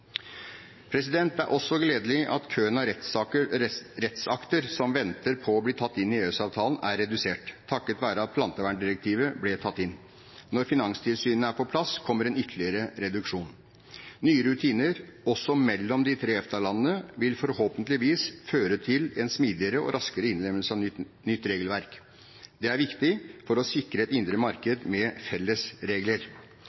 finanstilsynene. Det er også gledelig at køen av rettsakter som venter på å bli tatt inn i EØS-avtalen, er redusert, takket være at planteverndirektivet ble tatt inn. Når finanstilsynene er på plass, kommer en ytterligere reduksjon. Nye rutiner, også mellom de tre EFTA-landene, vil forhåpentligvis føre til en smidigere og raskere innlemmelse av nytt regelverk. Det er viktig for å sikre et indre